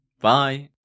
Bye